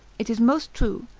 it is most true,